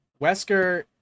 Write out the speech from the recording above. Wesker